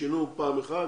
הם שינו פעם אחת